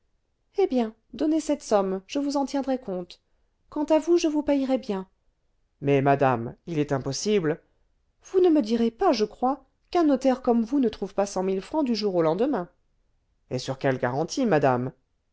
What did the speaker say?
eh bien donnez cette somme je vous en tiendrai compte quant à vous je vous payerai bien mais madame il est impossible vous ne me direz pas je crois qu'un notaire comme vous ne trouve pas cent mille francs du jour au lendemain et sur quelles garanties madame